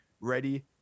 ready